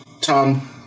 Tom